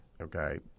Okay